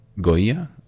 Goya